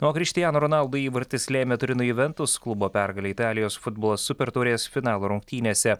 na o krištiano ronaldo įvartis lėmė turino juventus klubo pergalę italijos futbolo supertaurės finalo rungtynėse